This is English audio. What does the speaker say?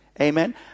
Amen